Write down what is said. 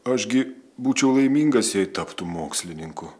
aš gi būčiau laimingas jei taptum mokslininku